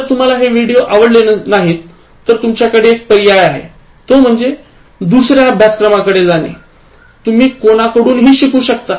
जर तुम्हाला हे विडिओ आवडले नाहीत तर तुमच्याकडे एक पर्याय आहे तो म्हणजे दुसऱ्या अभ्यासक्रमाकडे जाणे तुम्ही कोणाकडून हि शिकू शकता